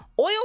Oil